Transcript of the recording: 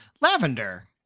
Lavender